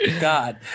God